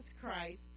Christ